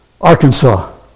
Arkansas